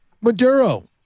Maduro